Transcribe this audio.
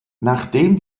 nachdem